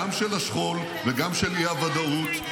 גם של השכול וגם של האי-וודאות.